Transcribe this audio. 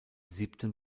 siebten